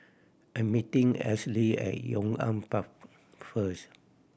I'm meeting Esley at Yong An Park first